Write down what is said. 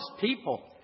people